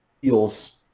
feels